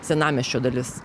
senamiesčio dalis